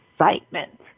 excitement